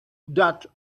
that